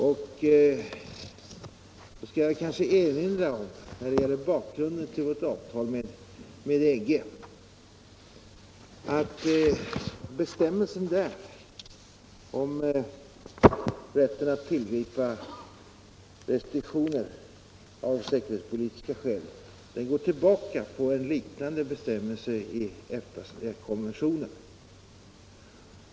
Jag kanske då bör erinra om när det gäller bakgrunden till vårt avtal med EG att bestämmelsen där om rätt att tillgripa restriktioner av säkerhetspolitiska skäl går tillbaka på en liknande bestämmelse i EFTA konventionen.